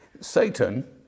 Satan